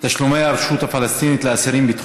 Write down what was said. הצעות לסדר-היום